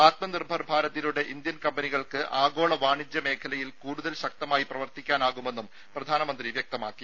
ആത്മനിർഭർ ഭാരതിലൂടെ ഇന്ത്യൻ കമ്പനികൾക്ക് ആഗോള വാണിജ്യ മേഖലയിൽ കൂടുതൽ ശക്തമായി പ്രവർത്തിക്കാനാകുമെന്നും പ്രധാനമന്ത്രി വ്യക്തമാക്കി